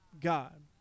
God